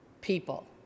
people